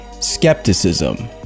skepticism